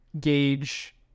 gauge